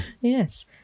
Yes